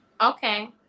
Okay